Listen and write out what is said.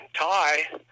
tie